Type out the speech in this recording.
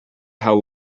how